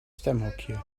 stemhokje